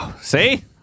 See